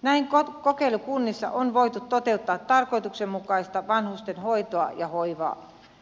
näin kokeilukunnissa on voitu toteut taa tarkoituksenmukaista vanhustenhoitoa ja hoivaa